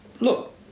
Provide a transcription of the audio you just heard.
look